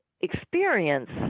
experience